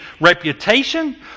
reputation